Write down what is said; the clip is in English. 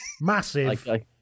massive